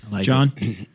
John